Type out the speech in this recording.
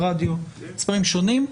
ברדיו המספרים שונים.